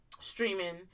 Streaming